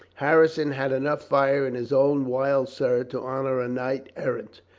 harrison had enough fire in his own wild soul to honor a. knight errant.